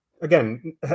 again